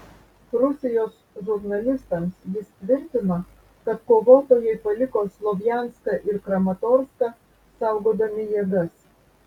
rusijos žurnalistams jis tvirtino kad kovotojai paliko slovjanską ir kramatorską saugodami jėgas